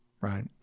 right